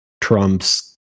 trumps